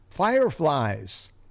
Fireflies